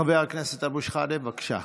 חבר הכנסת אבו שחאדה, בבקשה.